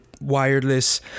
wireless